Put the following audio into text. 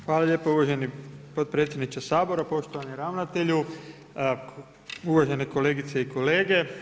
Hvala lijepo uvaženi potpredsjedniče Sabora, poštovani ravnatelju, uvažene kolegice i kolege.